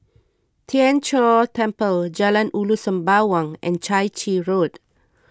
Tien Chor Temple Jalan Ulu Sembawang and Chai Chee Road